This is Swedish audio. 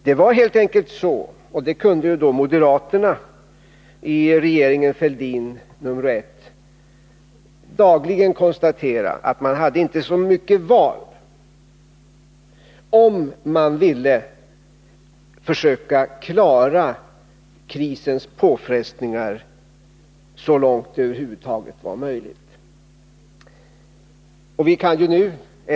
Det var helt enkelt så — och det kunde också moderaterna i regeringen Fälldin nr 1 dagligen konstatera — att man inte hade så mycket annat att välja på, om man ville försöka klara krisens påfrestningar så långt det över huvud taget var möjligt.